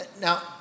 Now